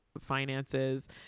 finances